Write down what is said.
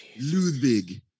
Ludwig